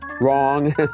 Wrong